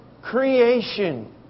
creation